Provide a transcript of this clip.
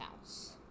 house